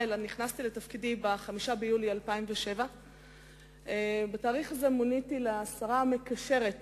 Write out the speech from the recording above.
אלא נכנסתי לתפקידי ב-5 ביולי 2007. בתאריך זה מוניתי לשרה המקשרת